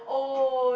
oh